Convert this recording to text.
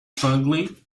strongly